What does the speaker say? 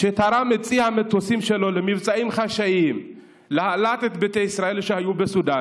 שתרם את צי המטוסים שלו למבצעים חשאיים להעלאת ביתא ישראל שהיו בסודאן,